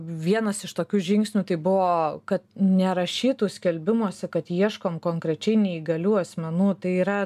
vienas iš tokių žingsnių tai buvo kad nerašytų skelbimuose kad ieškom konkrečiai neįgalių asmenų tai yra